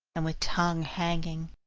and with tongue hanging.